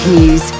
News